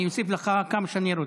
אני אוסיף לך כמה שאני רוצה.